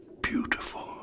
beautiful